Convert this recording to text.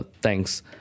Thanks